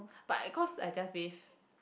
but at cause I just wave